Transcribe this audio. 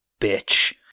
bitch